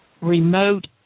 remote